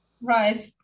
Right